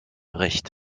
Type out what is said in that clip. recht